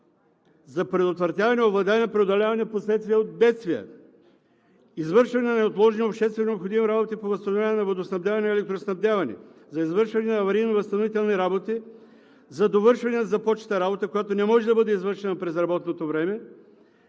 за предотвратяване, овладяване и преодоляване на последствията от бедствия; за извършване на неотложни обществено необходими работи по възстановяване на водоснабдяване и електроснабдяване; за извършване на аварийно-възстановителни работи; за довършване на започната работа, която не може да бъде извършена през работното време,